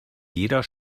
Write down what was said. jeder